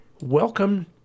welcome